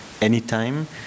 anytime